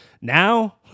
Now